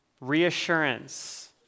Reassurance